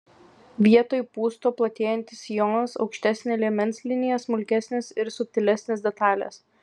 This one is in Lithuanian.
vietoj pūsto platėjantis sijonas aukštesnė liemens linija smulkesnės ir subtilesnės detalės